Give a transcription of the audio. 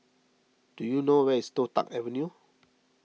do you know where is Toh Tuck Avenue